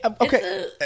okay